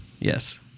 yes